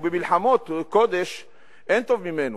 ובמלחמות קודש אין טוב ממנו.